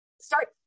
Start